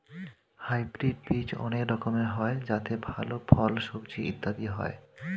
hybrid বীজ অনেক রকমের হয় যাতে ভালো ফল, সবজি ইত্যাদি হয়